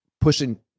pushing